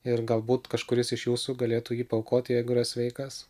ir galbūt kažkuris iš jūsų galėtų jį paaukoti jeigu yra sveikas